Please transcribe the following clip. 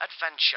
adventure